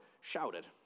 shouted